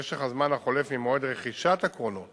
משך הזמן החולף ממועד רכישת הקרונות